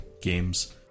games